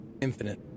Infinite